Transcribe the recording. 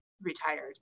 retired